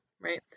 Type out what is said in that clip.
right